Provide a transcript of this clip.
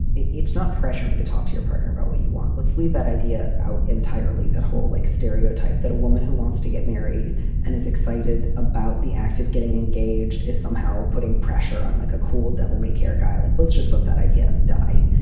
it's not pressuring to talk to your partner about what you want. let's leave that idea out entirely. that whole, like, stereotype that a woman who wants to get married and is excited about the active getting engaged is somehow putting pressure on like a cool devil may care guy. like, let's just let that idea die.